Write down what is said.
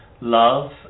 love